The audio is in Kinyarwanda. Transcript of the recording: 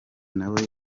nawe